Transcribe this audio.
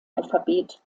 alphabet